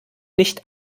nicht